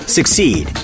Succeed